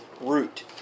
root